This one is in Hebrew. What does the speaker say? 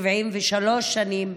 73 שנים,